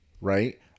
right